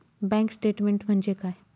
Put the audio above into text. Bank statement म्हणजे काय?